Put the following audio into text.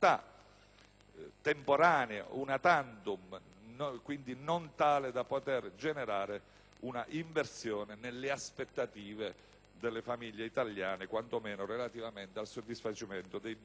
temporanea, *una tantum* e quindi non tale da poter generare una inversione nelle aspettative delle famiglie italiane, quanto meno relativamente al soddisfacimento dei bisogni